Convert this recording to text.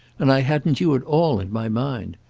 and i hadn't you at all in my mind.